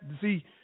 see